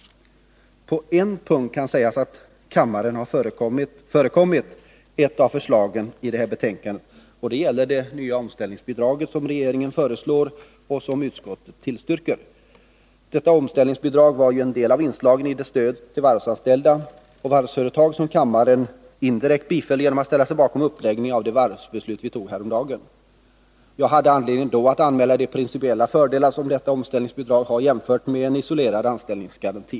På en punkt kan sägas att kammaren har förekommit ett av förslagen i det här betänkandet, och det gäller det nya omställningsbidrag som regeringen föreslår och som utskottet tillstyrker. Detta omställningsbidrag var ju ett av inslagen i det stöd till varvsanställda och varvsföretag som kammaren indirekt biföll genom att ställa sig bakom uppläggningen av de varvsbeslut vi tog häromdagen. Jag hade då anledning att anmäla de principiella fördelar som detta omställningsbidrag har jämfört med en isolerad anställningsgaranti.